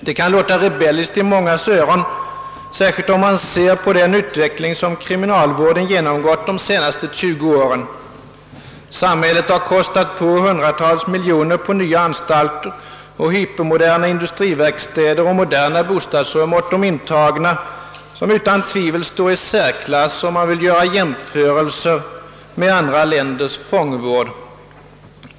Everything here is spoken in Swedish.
Det kan låta rebelliskt i mångas öron, särskilt om man ser på den utveckling som kriminalvården genomgått de senaste 20 åren. Samhället har kostat på 100-tals miljoner på nya anstalter och hypermoderna industriverkstäder och moderna bostadsrum åt de intagna, som utan tvivel står i särklass om man vill göra jämförelser med andra länders fångvård.